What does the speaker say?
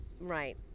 Right